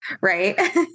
Right